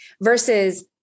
versus